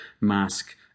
mask